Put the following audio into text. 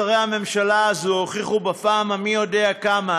שרי הממשלה הזו הוכיחו בפעם המי-יודע-כמה